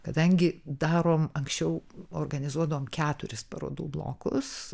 kadangi darom anksčiau organizuodavom keturis parodų blokus